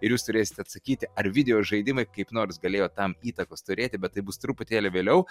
ir jūs turėsit atsakyti ar videožaidimai kaip nors galėjo tam įtakos turėti bet tai bus truputėlį vėliau